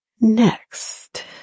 next